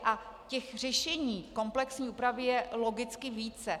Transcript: A těch řešení komplexní úpravy je logicky více.